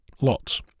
lots